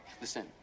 Listen